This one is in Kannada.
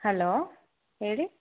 ಹಲೋ ಹೇಳಿ